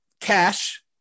Cash